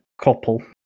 couple